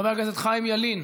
חבר הכנסת חיים ילין,